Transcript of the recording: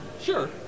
Sure